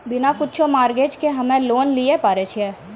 बिना कुछो मॉर्गेज के हम्मय लोन लिये पारे छियै?